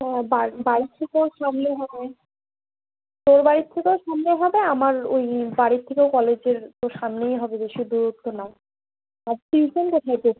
হ্যাঁ বা বাড়ি থেকেও সামনে হবে তোর বাড়ির থেকেও সামনে হবে আমার ওই বাড়ির থেকেও কলেজের ও সামনেই হবে বেশি দূর তো না আর টিউশান কোথায় পড়ছিস